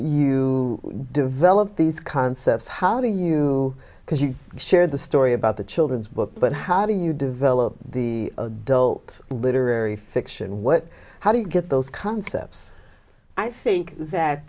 you develop these concepts how do you because you share the story about the children's book but how do you develop the adult literary fiction what how do you get those concepts i think that